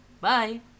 Bye